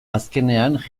azkenean